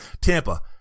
Tampa